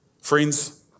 Friends